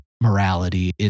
morality